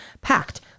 packed